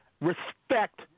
Respect